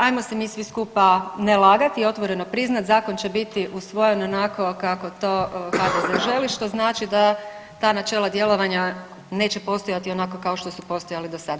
Ajmo se mi svi skupa ne lagati i otvoreno priznati, zakon će biti usvojen onako kako to HDZ želi što znači da ta načela djelovanja neće postojati onako kao što su postojali do sada.